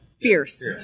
fierce